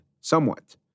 somewhat